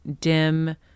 dim